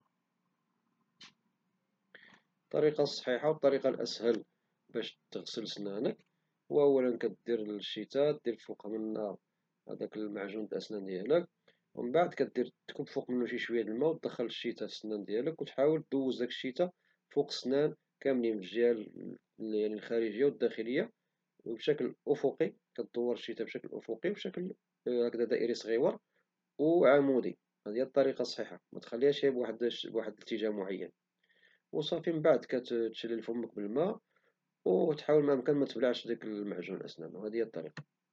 الطريقة الصحيحية والأسهل باش تغسل سنانك دير الشيتا ودير فوق منها هداك معجون الأسنان ديالك ومن بعد كتكب فوق منو شوية د الماء ودخل الشيتا في فمك وتحاول تدوز ديك الشيتة فوق السنان كاملين من الجهة الداخلية والخارجية وبشكل أفقي ودائري وعمودي، وهدي هي الطريقة الصحيحة، متخليهاش غير فواحد الاتجاه معين، وصافي من بعد كتشلل فمك بالماء وتحاول ما امكن متبلعش ديك المعجون د الأسنان.